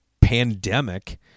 pandemic